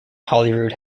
holyrood